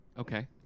Okay